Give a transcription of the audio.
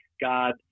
God